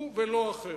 הוא ולא אחר,